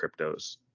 cryptos